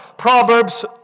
Proverbs